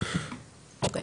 אוקיי,